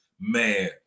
man